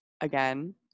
again